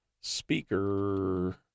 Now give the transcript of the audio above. speaker